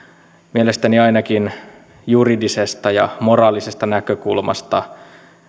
mielestäni ainakin juridisesta ja moraalisesta näkökulmasta